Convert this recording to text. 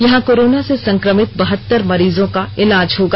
यहां कोरोना से संक्रमित बहत्तर मरीजों का इलाज होगा